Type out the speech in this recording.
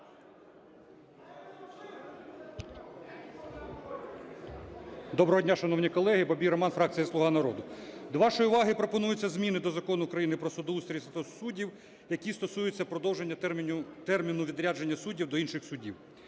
Доброго дня, шановні колеги. Бабій Роман, фракція "Слуга народу". До вашої уваги пропонуються зміни до Закону України "Про судоустрій та статус суддів", які стосуються продовження терміну відрядження суддів до інших судів.